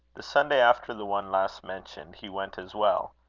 the sunday after the one last mentioned, he went as well,